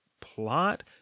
plot